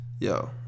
Yo